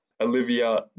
Olivia